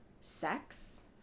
sex